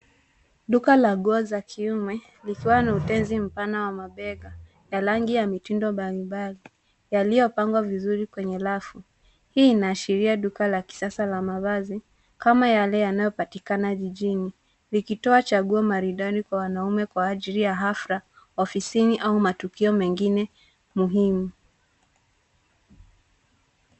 Duka la nguo za kiume likiwa na utenzi mpana wa mabega, ya rangi ya mtindo mbalimbali yaliyo pangwa vizuri kwenye rafu. Hii ina ashiria duka la kisasa la mavazi kama yale yanayopatikana jijini, likitoa chaguo maridadi kwa wanaume kwa ajili ya hafla, ofisini au matukio mengine muhimu.